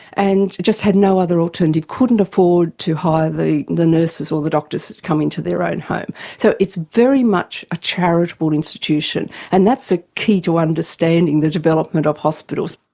and just had no other alternative, couldn't afford to hire the the nurses or the doctors that come into their own home so it's very much a charitable institution, and that's a key to understanding the development of hospitals.